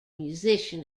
musician